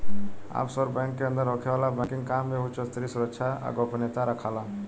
offshore bank के अंदर होखे वाला बैंकिंग काम में उच स्तरीय सुरक्षा आ गोपनीयता राखाला